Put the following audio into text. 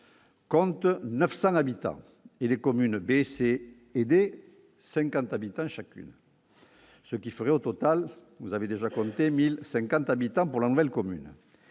compte 900 habitants et les communes B, C et D ont 50 habitants chacune, ce qui ferait un total de 1 050 habitants pour la nouvelle commune.